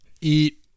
Eat